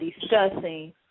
discussing